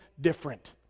different